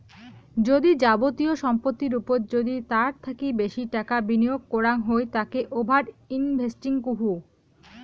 যদি যাবতীয় সম্পত্তির ওপর যদি তার থাকি বেশি টাকা বিনিয়োগ করাঙ হই তাকে ওভার ইনভেস্টিং কহু